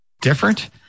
different